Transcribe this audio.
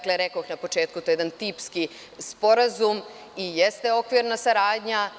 Kao što rekoh na početku, to je jedan tipski sporazum i jeste okvirna saradnja.